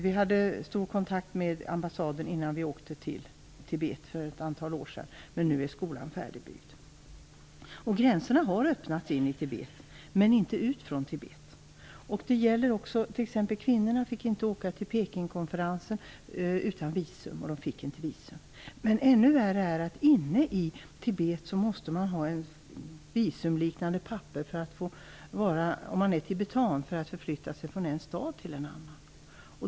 Vi hade omfattande kontakter med ambassaden innan vi åkte till Tibet för ett antal år sedan. Nu är skolan färdigbyggd. Gränserna till Tibet har öppnats, men inte ut från Tibet. Kvinnorna där fick t.ex. inte åka till Pekingkonferensen utan visum, vilket de inte fick. Ännu värre är att man, om man är tibetan, inne i Tibet måste ha en visumliknande handling för att få förflytta sig från en stad till en annan.